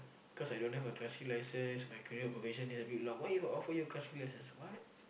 cause I don't have a class C license my career provision is a bit long why you offer you a class C license